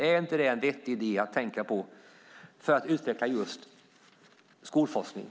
Är inte det en vettig idé för att utveckla just skolforskningen?